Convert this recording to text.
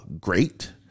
great